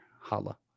Holla